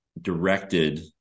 directed